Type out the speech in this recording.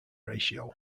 ratio